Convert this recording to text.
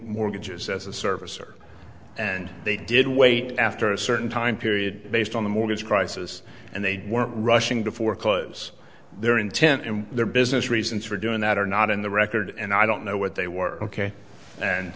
mortgages as a service or and they did wait after a certain time period based on the mortgage crisis and they were rushing before because their intent and their business reasons for doing that are not in the record and i don't know what they were ok and